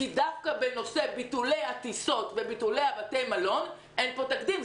כי דווקא בנושא ביטולי הטיסות וביטולי בתי המלון אין פה תקדים,